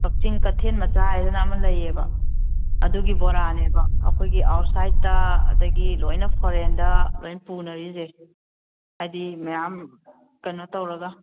ꯀꯛꯆꯤꯡ ꯀꯩꯊꯦꯜ ꯃꯆꯥ ꯍꯥꯏꯗꯅ ꯑꯃ ꯂꯩꯌꯦꯕ ꯑꯗꯨꯒꯤ ꯕꯣꯔꯥꯅꯦꯕ ꯑꯩꯈꯣꯏꯒꯤ ꯑꯥꯎꯠꯁꯥꯏꯠꯇ ꯑꯗꯒꯤ ꯂꯣꯏꯅ ꯐꯣꯔꯦꯟꯗ ꯂꯣꯏꯅ ꯄꯨꯅꯔꯤꯁꯦ ꯍꯥꯏꯗꯤ ꯃꯌꯥꯝ ꯀꯩꯅꯣ ꯇꯧꯔꯒ